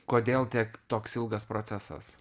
kodėl tiek toks ilgas procesas